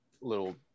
little